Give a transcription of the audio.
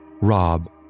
Rob